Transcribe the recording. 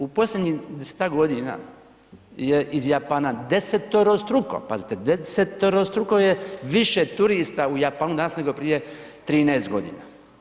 U posljednjih 10-tak godina je iz Japana deseterostruko, pazite deseterostruko je više turista u Japanu danas nego prije 13 godina.